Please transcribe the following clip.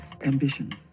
Ambition